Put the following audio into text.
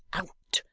out,